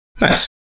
Nice